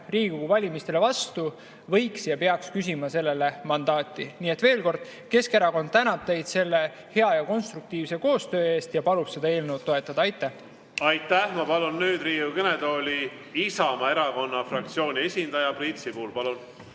Riigikogu valimistele vastu, võiks ja peaks küsima sellele mandaati. Nii et veel kord: Keskerakond tänab teid selle hea ja konstruktiivse koostöö eest ning palub seda eelnõu toetada. Aitäh! Aitäh! Ma palun nüüd Riigikogu kõnetooli Isamaa erakonna fraktsiooni esindaja Priit Sibula. Palun!